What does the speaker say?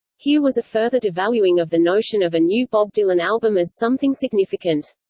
here was a further devaluing of the notion of a new bob dylan album as something significant.